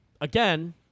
again